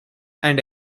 and